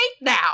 now